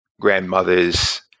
grandmother's